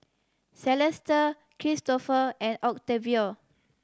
Celeste Kristofer and Octavio